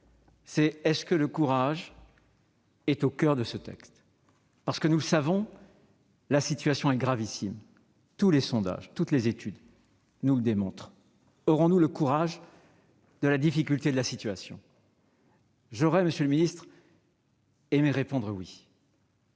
est la suivante : le courage est-il au coeur du texte ? Nous le savons, la situation est gravissime. Tous les sondages, toutes les études nous le démontrent. Aurons-nous le courage qu'impose la difficulté de la situation ? J'aurais, monsieur le ministre, aimé répondre « oui